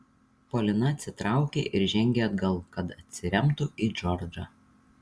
polina atsitraukė ir žengė atgal kad atsiremtų į džordžą